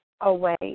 away